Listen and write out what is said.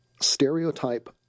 stereotype